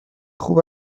خوب